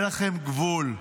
אין לכם גבול,